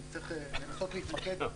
אני צריך לנסות להתמקד.